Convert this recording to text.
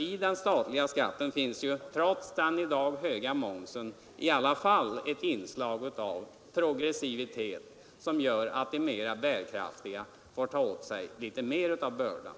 I den statliga skatten finns — trots den i dag höga momsen — ett inslag av progressivitet som gör att de mer bärkraftiga får ta på sig litet mer av bördan.